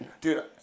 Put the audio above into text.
dude